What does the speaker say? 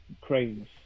cranes